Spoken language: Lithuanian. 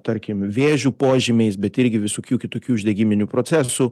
tarkim vėžių požymiais bet irgi visokių kitokių uždegiminių procesų